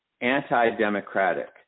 anti-democratic